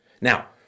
Now